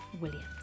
Williams